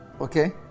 Okay